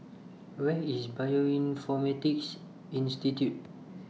Where IS Bioinformatics Institute